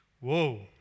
Whoa